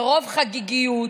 ברוב חגיגיות,